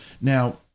now